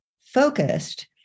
focused